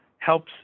helps